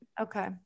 Okay